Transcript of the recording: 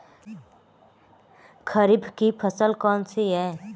खरीफ की फसल कौन सी है?